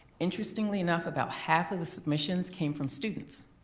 interestingly enough about half of the submissions came from students.